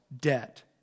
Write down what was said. debt